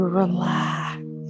relax